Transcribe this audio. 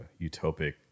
utopic